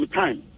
time